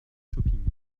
shopping